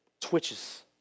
twitches